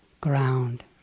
ground